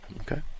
Okay